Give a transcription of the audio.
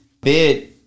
bid